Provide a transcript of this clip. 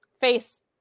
face